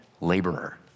laborer